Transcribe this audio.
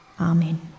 Amen